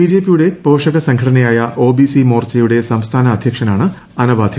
ബിജെപിയുടെ പോഷക സംഘടനയായ ഒബിസി മോർച്ചയുടെ സംസ്ഥാന അധ്യക്ഷനാണ് അനവാധ്യ